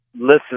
listen